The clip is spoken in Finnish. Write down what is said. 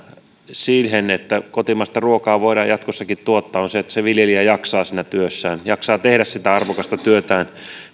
siinä että kotimaista ruokaa voidaan jatkossakin tuottaa on se että se viljelijä jaksaa siinä työssään jaksaa tehdä sitä arvokasta työtään